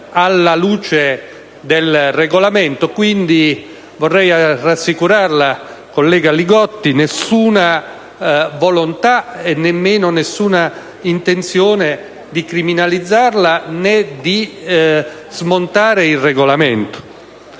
alla luce del Regolamento, quindi vorrei rassicurarla, collega Li Gotti, sul fatto che non esiste nessuna volontà e nemmeno nessuna intenzione di criminalizzarla né di smontare il Regolamento.